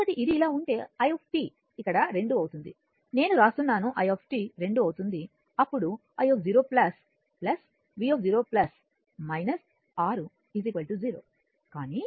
కాబట్టి ఇది ఇలా ఉంటే i ఇక్కడ రెండు అవుతుంది నేను వ్రాస్తున్నాను i రెండు అవుతుంది అప్పుడు i0 v0 6 0 కానీ i0 1